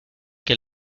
que